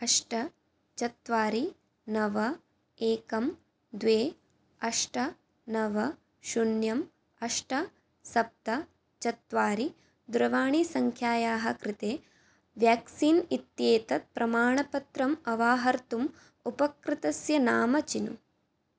अष्ट चत्वारि नव एकं द्वे अष्ट नव शून्यम् अष्ट सप्त चत्वारि दुरवाणीसङ्ख्यायाः कृते व्याक्सीन् इत्येतत् प्रमाणपत्रम् अवाहर्तुम् उपकृतस्य नाम चिनु